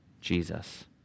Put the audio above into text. Jesus